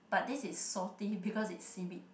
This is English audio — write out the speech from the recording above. but this is salty because it's seaweed